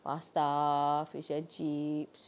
pasta fish and chips